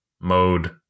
Mode